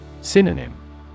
Synonym